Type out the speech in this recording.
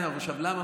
למה,